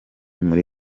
muri